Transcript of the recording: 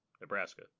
Nebraska